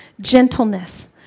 Gentleness